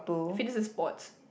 fitness and sports